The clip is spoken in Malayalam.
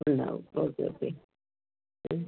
ഉണ്ടാവും ഓക്കെ ഓക്കെ